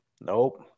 Nope